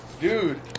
dude